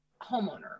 homeowner